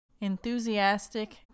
enthusiastic